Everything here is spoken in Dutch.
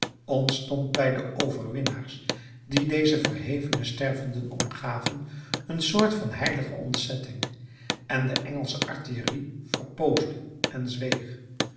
ontstond bij de overwinnaars die deze verhevene stervenden omgaven een soort van heilige ontzetting en de engelsche artillerie verpoosde en zweeg